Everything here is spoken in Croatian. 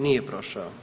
Nije prošao.